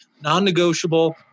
non-negotiable